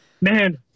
Man